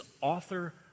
author